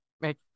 make